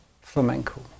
flamenco